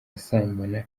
asambana